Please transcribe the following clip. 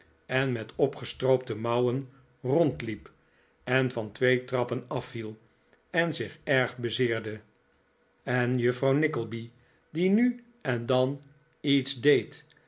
en met opgestroopte mouwen rondliep en van twee trappen afviel en zich erg bezeerde en juffrouw nickleby die nu en dan iets deed